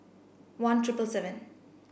one triple seven